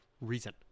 reason